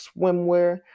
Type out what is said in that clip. swimwear